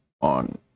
on